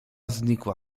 znikła